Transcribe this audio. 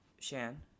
Shan